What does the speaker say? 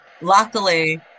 luckily